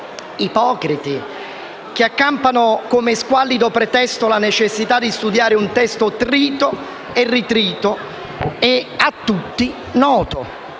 ipocriti che accampano come squallido pretesto la necessità di studiare un testo trito e ritrito e a tutti noto.